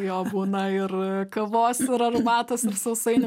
jo būna ir kavos ir arbatos ir sausainių